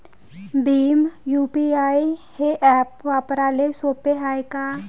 Bhim UPI हे app वापराले सोपे हाय का?